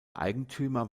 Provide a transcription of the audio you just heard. eigentümer